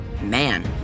man